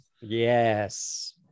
yes